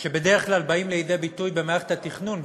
שבדרך כלל באים לידי ביטוי במערכת התכנון,